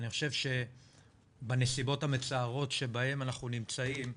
אני חושב שבנסיבות המצערות שבהן אנחנו נמצאים,